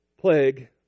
Plague